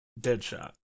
Deadshot